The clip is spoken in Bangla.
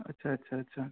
আচ্ছা আচ্ছা আচ্ছা